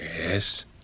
Yes